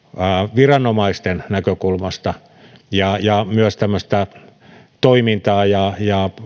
viranomaisten näkökulmasta ja ja myös tämmöistä toimintaa ja